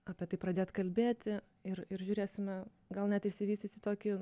apie tai pradėt kalbėti ir ir žiūrėsime gal net išsivystys į tokį